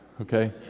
Okay